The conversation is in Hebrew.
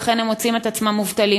ולכן הם מוצאים את עצמם מובטלים.